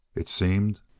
it seemed.